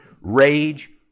rage